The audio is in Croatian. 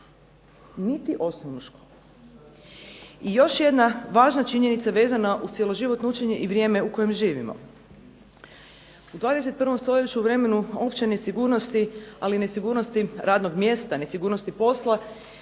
niti osnovnu školu. I još jedna važna činjenica vezana uz cjeloživotno učenje i vrijeme u kojem živimo. U 21. stoljeću u vremenu opće nesigurnosti ali i nesigurnosti radnog mjesta, nesigurnosti posla,